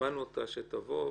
הזמנו אותה שתבוא,